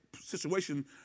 situation